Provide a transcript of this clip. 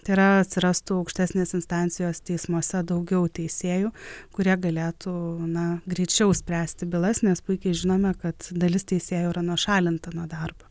tai yra atsirastų aukštesnės instancijos teismuose daugiau teisėjų kurie galėtų na greičiau spręsti bylas nes puikiai žinome kad dalis teisėjų yra nušalinta nuo darbo